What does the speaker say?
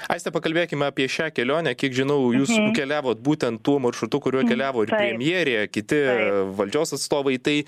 aiste pakalbėkime apie šią kelionę kiek žinau jūs keliavot būtent tuo maršrutu kuriuo keliavo ir premjerė kiti valdžios atstovai tai